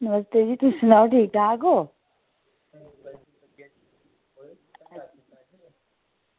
नमस्ते जी तुस सनाओ ठीक ठाक ओ